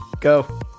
Go